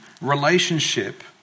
relationship